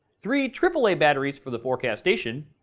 three aaa batteries for the forecast station.